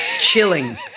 Chilling